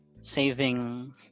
saving